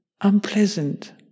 unpleasant